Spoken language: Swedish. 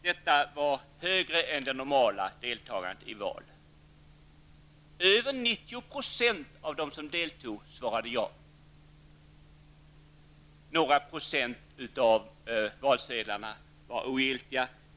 Det var ett större valdeltagande än vid andra val. Över 90 % av dem som deltog svarade ja. Några procent av valsedlarna var ogiltiga.